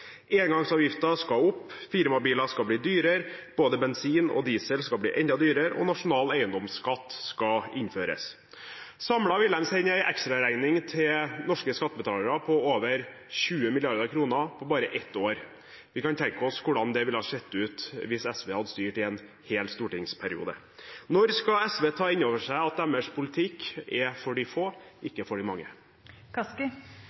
skal opp. Firmabiler skal bli dyrere. Både bensin og diesel skal bli enda dyrere, og nasjonal eiendomsskatt skal innføres. Samlet vil de sende en ekstraregning til norske skattebetalere på over 20 mrd. kr på bare ett år. Vi kan tenke oss hvordan det ville sett ut hvis SV hadde styrt i en hel stortingsperiode. Når skal SV ta inn over seg at deres politikk er for de få,